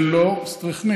זה לא סטריכנין,